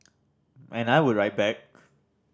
and I would write back